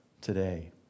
today